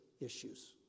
issues